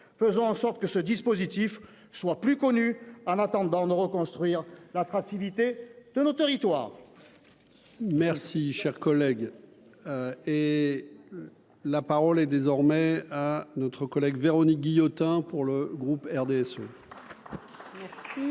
faisons en sorte que ce dispositif soit plus connu en attendant de reconstruire l'attractivité de notre territoire. Merci, cher collègue, et la parole est désormais à notre collègue Véronique Guillotin, pour le groupe RDSE.